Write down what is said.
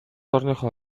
орныхоо